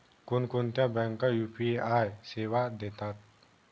कोणकोणत्या बँका यू.पी.आय सेवा देतात?